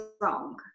wrong